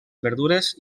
verdures